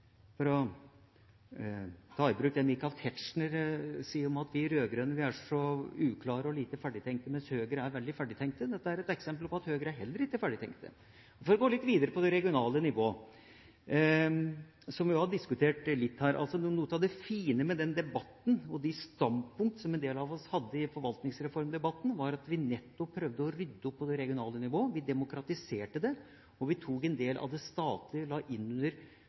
er uklare og lite ferdigtenkte, mens Høyre er veldig ferdigtenkt: Dette er et eksempel på at heller ikke Høyre er ferdigtenkt. For å gå litt videre på det regionale nivået, som vi også har diskutert litt her: Noe av det fine med forvaltningsreformdebatten og de standpunkter som en del av oss hadde i den, var at vi prøvde å rydde opp på det regionale nivået. Vi demokratiserte det. Vi la en del av det statlige inn under